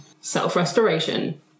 Self-restoration